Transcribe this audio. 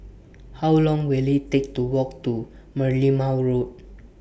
How Long Will IT Take to Walk to Merlimau Road